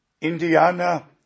Indiana